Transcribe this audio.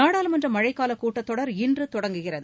நாடாளுமன்ற மழைக்காலக் கூட்டத் தொடர் இன்று தொடங்குகிறது